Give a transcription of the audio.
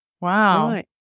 Wow